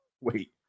Wait